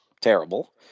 terrible